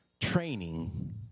Training